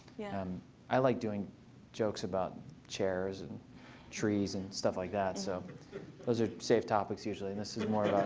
yeah um i like doing jokes about chairs and trees and stuff like that. so but those are safe topics usually. and this is more of